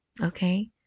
Okay